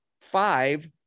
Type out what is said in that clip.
five